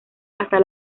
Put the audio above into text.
hasta